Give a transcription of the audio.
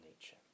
nature